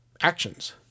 actions